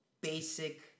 basic